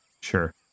Sure